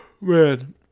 man